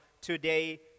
today